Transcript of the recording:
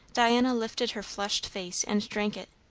diana lifted her flushed face and drank it,